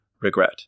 regret